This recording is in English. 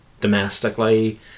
domestically